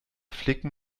flicken